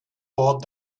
bought